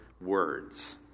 words